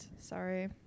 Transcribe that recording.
Sorry